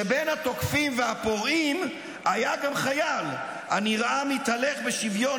שבין התוקפים והפורעים היה גם חייל הנראה מתהלך בשוויון